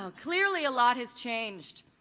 ah clearly a lot has changed.